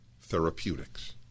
therapeutics